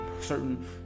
certain